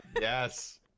Yes